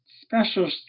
special